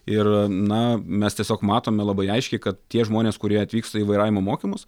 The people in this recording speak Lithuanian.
ir na mes tiesiog matome labai aiškiai kad tie žmonės kurie atvyksta į vairavimo mokymus